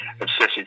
obsessive